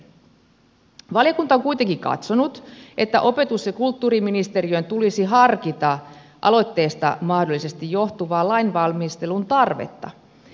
valiokunta on kuitenkin katsonut että opetus ja kulttuuriministeriön tulisi harkita aloitteesta mahdollisesti johtuvaa lainvalmistelun tarvetta